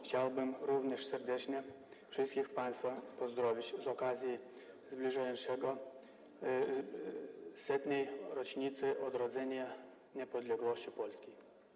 Chciałbym również serdecznie wszystkich państwa pozdrowić z okazji zbliżającej się 100. rocznicy odrodzenia niepodległości Polski.